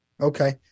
Okay